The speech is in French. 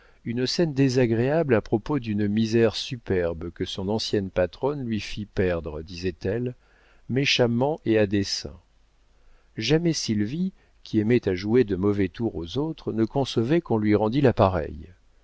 une scène désagréable à propos d'une misère superbe que son ancienne patronne lui fit perdre disait-elle méchamment et à dessein jamais sylvie qui aimait à jouer de mauvais tours aux autres ne concevait qu'on lui rendît la